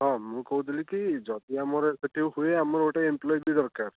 ହଁ ମୁଁ କହୁଥିଲି କି ଯଦି ଆମର ସେଇଠି ହୁଏ ଆମର ଗୋଟେ ଏମ୍ପ୍ଲୋୟିଟେ ଦରକାର